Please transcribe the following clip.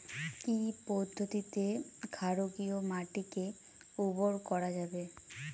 কি পদ্ধতিতে ক্ষারকীয় মাটিকে উর্বর করা যাবে?